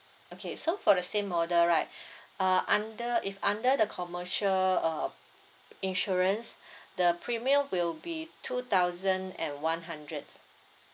okay so for the same model right uh under if under the commercial uh insurance the premium will be two thousand and one hundred